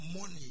money